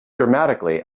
dramatically